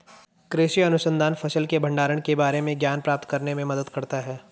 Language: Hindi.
कृषि अनुसंधान फसल के भंडारण के बारे में ज्ञान प्राप्त करने में मदद करता है